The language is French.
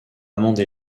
amende